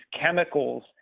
chemicals